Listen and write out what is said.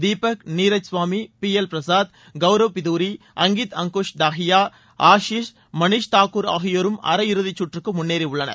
Deepak Neeraj Swami PL Prasad Gaurav Bidhuri Ankit Ankush Dahiya Ashish Manish Thakur ஆகியோரும் அரையிறுதிச் சுற்றுக்கு முன்னேறியுள்ளனர்